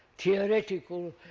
theoretical,